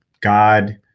God